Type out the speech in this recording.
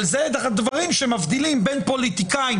אבל אלו הדברים שמבדילים בין פוליטיקאים